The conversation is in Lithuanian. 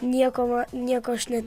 niekam nieko aš net